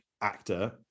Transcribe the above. actor